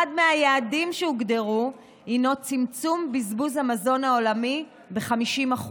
מהיעדים שהוגדרו הינו צמצום בזבוז המזון העולמי ב-50%.